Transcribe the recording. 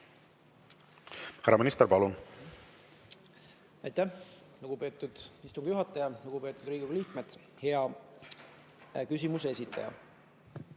Härra minister, palun! Aitäh, lugupeetud istungi juhataja! Lugupeetud Riigikogu liikmed! Hea küsimuse esitaja!